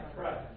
right